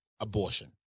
abortion